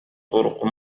طرق